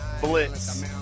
Blitz